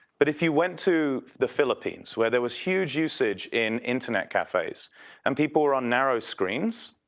but if you went to the philippines where there was huge usage in internet cafes and people run narrow screens,